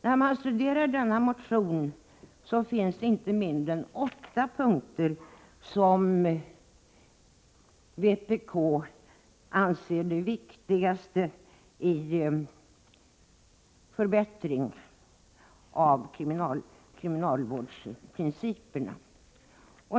När man studerar denna motion ser man att det finns inte mindre än 8 punkter som vpk anser innehålla det viktigaste när det gäller förbättring av kriminalvårdsprinciperna.